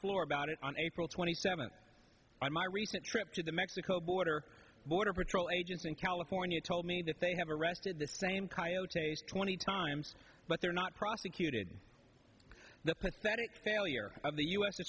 floor about it on april twenty seventh on my recent trip to the mexico border border patrol agents in california told me that they have arrested the same coyote twenty times but they're not prosecuted the pathetic failure of the u